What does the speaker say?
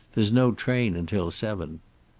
there's no train until seven.